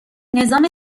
نظام